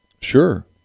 Sure